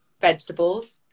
vegetables